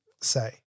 say